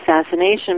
assassination